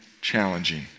challenging